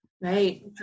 Right